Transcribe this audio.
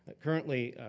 currently,